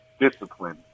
Discipline